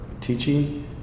teaching